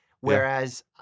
Whereas